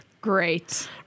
Great